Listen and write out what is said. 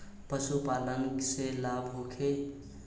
पशु पालन से लाभ होखे?